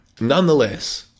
nonetheless